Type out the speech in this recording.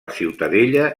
ciutadella